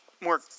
more